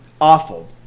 awful